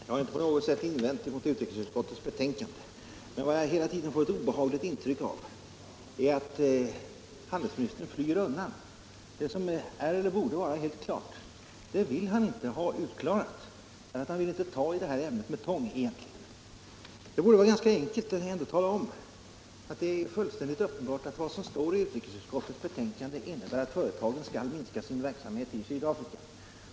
Herr talman! Jag har inte på något sätt gjort invändningar emot utrikesutskottets betänkande. Men vad jag hela tiden får ett obehagligt intryck av är att handelsministern flyr undan. Det som är eller borde vara helt klart vill handelsministern inte ha utklarat, därför att han egentligen inte vill ta i det här ämnet med tång. Det borde ändå vara ganska enkelt att tala om att det är fullständigt uppenbart att vad som står i utrikesutskottets betänkande innebär att företagen skall minska sin verksamhet i Sydafrika.